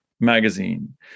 Magazine